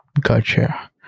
Gotcha